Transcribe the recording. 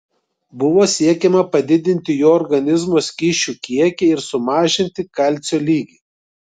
buvo siekiama padidinti jo organizmo skysčių kiekį ir sumažinti kalcio lygį